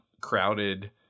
crowded